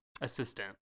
assistant